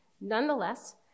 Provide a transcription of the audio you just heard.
Nonetheless